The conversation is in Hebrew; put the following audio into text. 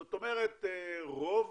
זאת אומרת רוב